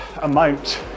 amount